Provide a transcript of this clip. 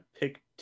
pick